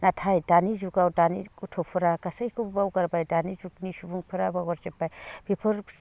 नाथाय दानि जुगाव दानि गथ'फोरा गासैखौबो बावगारबाय दानि जुगनि सुबुंफोरा बावगारजोब्बाय बेफोर